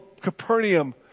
Capernaum